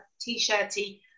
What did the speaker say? t-shirty